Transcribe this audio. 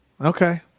Okay